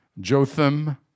Jotham